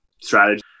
strategy